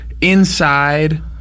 inside